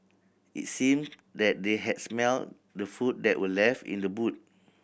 it seemed that they had smelt the food that were left in the boot